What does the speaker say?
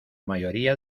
mayoría